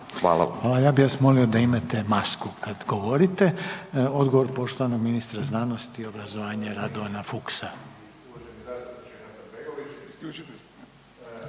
Hvala. Ja bih vas molio da imate masku kad govorite. Odgovor poštovanog ministra znanosti i obrazovanja Radovana Fuchsa.